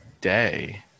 Day